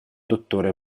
dottore